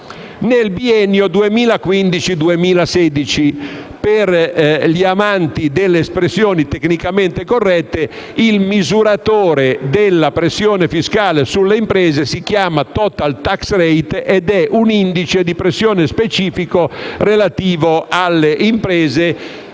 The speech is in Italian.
nel biennio 2015‑2016. Per gli amanti delle espressioni tecnicamente corrette, il misuratore della pressione fiscale sulle imprese si chiama *total tax rate* ed è un indice di pressione specifico relativo alle imprese,